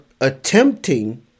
attempting